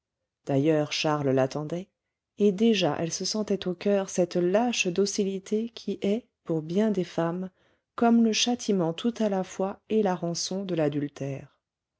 d'ailleurs charles l'attendait et déjà elle se sentait au coeur cette lâche docilité qui est pour bien des femmes comme le châtiment tout à la fois et la rançon de l'adultère